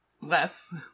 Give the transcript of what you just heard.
less